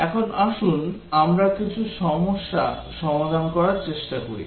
এখন আসুন আমরা কিছু সমস্যা সমাধান করার চেষ্টা করি